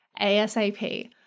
ASAP